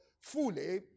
fully